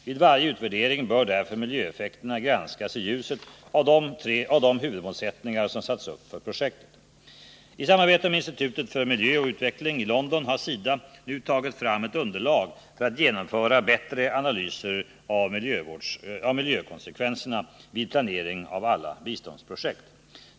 Vid varje utvärdering bör därför miljöeffekterna granskas i ljuset av de huvudmålsättningar som satts upp för jekts effekter på miljön I samarbete med Institutet för miljö och utveckling i London har SIDA nu tagit fram ett underlag för att genomföra bättre analyser av miljökonsekvenserna vid planeringen av alla biståndsprojekt.